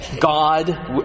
God